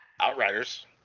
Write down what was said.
Outriders